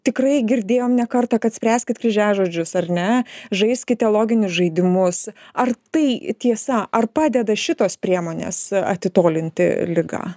tikrai girdėjom ne kartą kad spręskit kryžiažodžius ar ne žaiskite loginius žaidimus ar tai tiesa ar padeda šitos priemonės atitolinti ligą